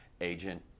agent